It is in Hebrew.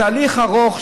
זה תהליך ארוך,